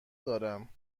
دارم